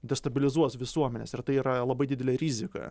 destabilizuos visuomenės ir tai yra labai didelė rizika